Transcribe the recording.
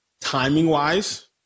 timing-wise